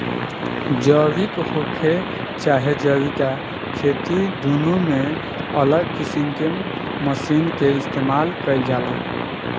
जैविक होखे चाहे अजैविक खेती दुनो में अलग किस्म के मशीन के इस्तमाल कईल जाला